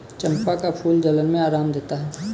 चंपा का फूल जलन में आराम देता है